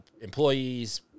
employees